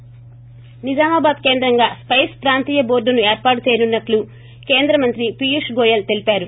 ి నిజామాబాద్ కేంద్రంగా స్పెస్ ప్రాంతీయ బోర్డును ఏర్పాటు చేయనున్న ట్లు కేంద్రమంత్రి పీయూష్ గోయల్ తెలిపారు